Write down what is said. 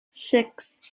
six